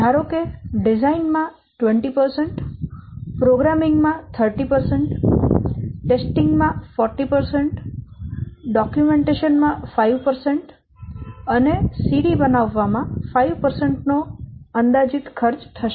ધારો કે ડિઝાઇન માં 20 પ્રોગ્રામીંગ માં 30 પરીક્ષણ માં 40 ડોક્યુમેન્ટેશન માં 5 અને CD બનાવવા માં 5 નો અંદાજીત ખર્ચ થશે